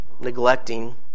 neglecting